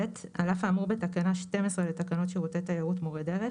(ב) על אף האמור בתקנה 12 לתקנות שירותי תיירות (מורי דרך),